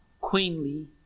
queenly